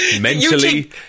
Mentally